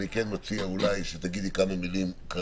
אני כן מציע אולי שתגידי כמה מילים כרגע.